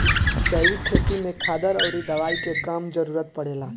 जैविक खेती में खादर अउरी दवाई के कम जरूरत पड़ेला